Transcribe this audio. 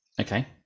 Okay